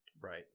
Right